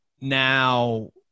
Now